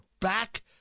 back